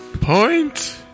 Point